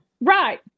Right